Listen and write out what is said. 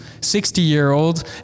60-year-old